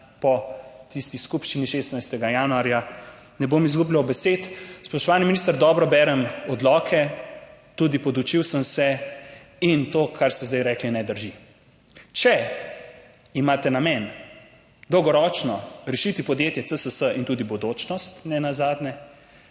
po tisti skupščini 16. januarja. Ne bom izgubljal besed. Spoštovani minister, dobro berem odloke, tudi podučil sem se in to, kar ste zdaj rekli, ne drži. Če imate namen dolgoročno rešiti podjetje CSS, in tudi Bodočnost, je nenazadnje